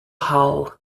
hull